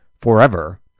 forever